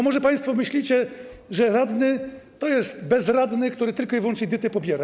Może państwo myślicie, że radny to jest bezradny, który tylko i wyłącznie dietę pobiera.